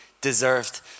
deserved